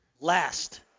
last